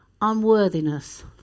unworthiness